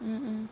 mm